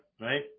right